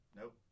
Nope